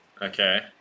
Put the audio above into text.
okay